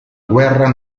guerra